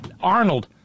Arnold